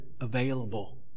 available